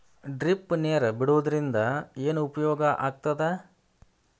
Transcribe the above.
Drip ನೇರ್ ಬಿಡುವುದರಿಂದ ಏನು ಉಪಯೋಗ ಆಗ್ತದ?